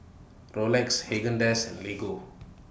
Rolex Haagen Dazs and Lego